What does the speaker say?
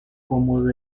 como